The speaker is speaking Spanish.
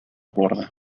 borda